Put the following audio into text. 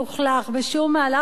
בשום מהלך מלוכלך,